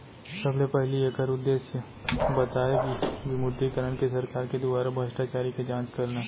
सबले पहिली ऐखर उद्देश्य बताए गिस विमुद्रीकरन के सरकार के दुवारा भस्टाचारी के जाँच करना